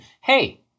Hey